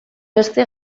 beste